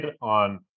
on